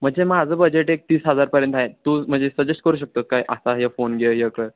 म्हणजे माझं बजेट एकतीस हजारपर्यंत आहे तू म्हणजे सजेस्ट करू शकतोस काय असा हे फोन घे हे कर